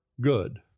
good